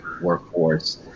workforce